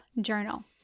journal